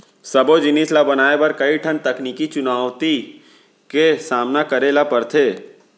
सबो जिनिस ल बनाए बर कइ ठन तकनीकी चुनउती के सामना करे ल परथे